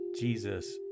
Jesus